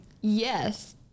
Yes